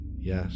Yes